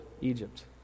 Egypt